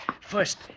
first